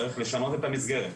צריך לשנות את המסגרת,